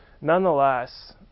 Nonetheless